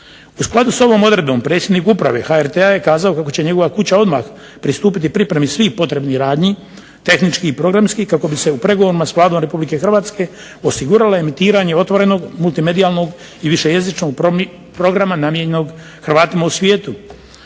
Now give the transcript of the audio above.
U skladu s ovom odredbom predsjednik uprave HRT-a je kazao kako će njegova kuća odmah pristupiti pripremi svih potrebnih radnji tehničkih i programskih kako bi se s pregovorima s Vladom RH osigurale emitiranje otvorenog multimedijalnog, višejezičnog programa namijenjenog Hrvatima u svijetu.